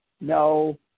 no